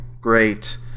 great